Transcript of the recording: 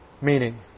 meaning